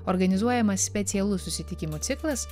organizuojamas specialus susitikimų ciklas